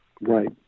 Right